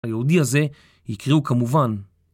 ליהודי הזה יקראו כמובן.